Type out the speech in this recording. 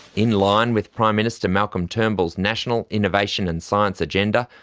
in line with prime minister malcolm's turnbull's national innovation and science agenda,